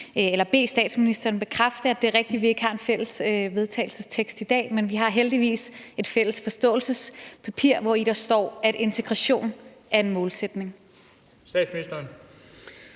bare bede statsministeren bekræfte, at det er rigtigt, at vi ikke har et fælles forslag til vedtagelse i dag, men at vi heldigvis har et fælles forståelsespapir, hvori der står, at integration er en målsætning. Kl. 14:05 Den